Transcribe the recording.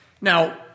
Now